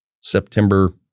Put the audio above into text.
September